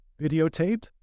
videotaped